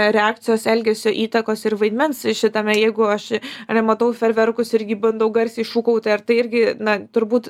reakcijos elgesio įtakos ir vaidmens šitame jeigu aš ane matau fejerverkus irgi bandau garsiai šūkauti ar tai irgi na turbūt